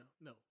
no